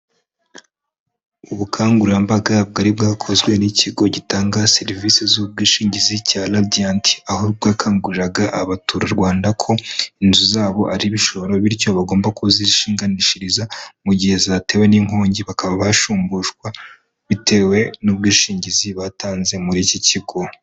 Ubukangurambaga bwari bwakozwe n'ikigo gitanga serivisi z'ubwishingizi cya radiyantiaho bwakanguriraraga abaturarwanda ko inzu zabo ari ibishoro, bityo bagomba kuzishinganishiriza mu gihe zatewe n'inkongi bakaba bashumbushwa bitewe n'ubwishingizi batanze muri iki kigo.